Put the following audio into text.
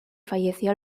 falleció